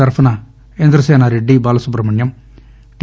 తరఫున ఇంద్రసేనారెడ్డి బాలసుట్రమణ్యం టి